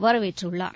வரவேற்றுள்ளார்